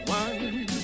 one